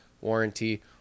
warranty